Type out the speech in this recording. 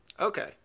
Okay